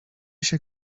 się